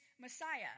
Messiah